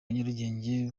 nyarugenge